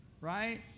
right